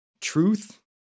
truth